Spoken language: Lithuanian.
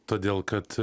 todėl kad